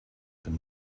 them